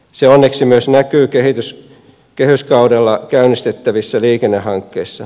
se onneksi myös näkyy kehyskaudella käynnistettävissä liikennehankkeissa